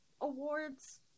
awards